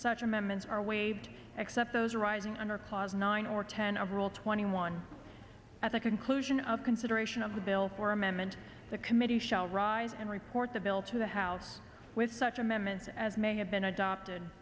such amendments are waived except those arising under pas nine or ten of rule twenty one at the conclusion of consideration of the bill for amendment the committee shall rise and report the bill to the house with such amendments as may have been adopted